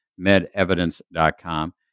medevidence.com